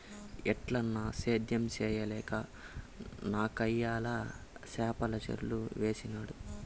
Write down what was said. ఏటన్నా, సేద్యం చేయలేక నాకయ్యల చేపల చెర్లు వేసినాడ